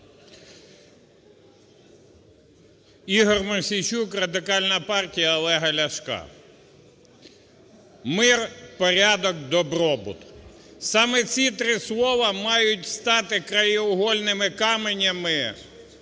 ІгорМосійчук, Радикальна партія Олега Ляшка. Мир, порядок, добробут – саме ці три слова мають стати краєугольними каменями